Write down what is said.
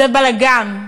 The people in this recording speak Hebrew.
זה בלגן,